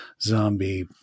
zombie